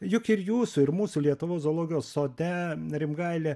juk ir jūsų ir mūsų lietuvos zoologijos sode rimgaile